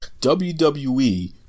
WWE